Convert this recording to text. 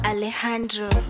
Alejandro